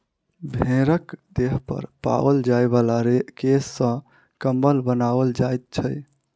भेंड़क देह पर पाओल जाय बला केश सॅ कम्बल बनाओल जाइत छै